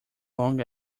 long